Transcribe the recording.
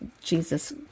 Jesus